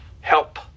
help